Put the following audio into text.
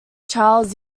charles